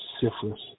syphilis